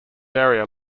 area